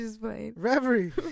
Reverie